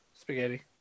Spaghetti